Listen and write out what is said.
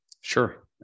Sure